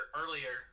earlier